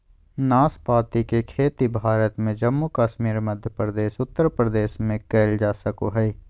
नाशपाती के खेती भारत में जम्मू कश्मीर, मध्य प्रदेश, उत्तर प्रदेश में कइल जा सको हइ